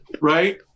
Right